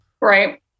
Right